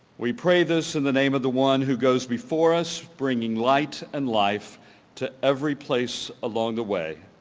we pray this in the name of the one who goes before us bringing light and life to every place along the way,